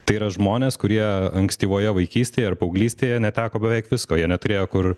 tai yra žmonės kurie ankstyvoje vaikystėje ar paauglystėje neteko beveik visko jie neturėjo kur